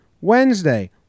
Wednesday